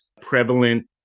prevalent